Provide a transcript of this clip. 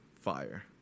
Fire